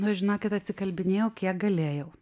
nu žinokit atsikalbinėjau kiek galėjau